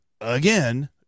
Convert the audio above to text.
again